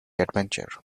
adventure